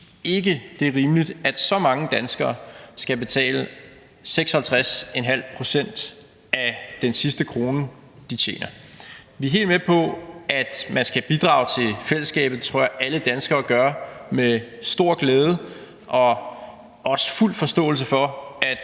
ikke, det er rimeligt, at så mange danskere skal betale 56,5 pct. af den sidste krone, de tjener. Vi er helt med på, at man skal bidrage til fællesskabet. Det tror jeg alle danskere gør med stor glæde og også fuld forståelse for, at